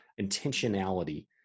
intentionality